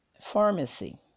pharmacy